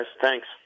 Thanks